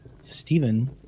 Stephen